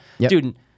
Dude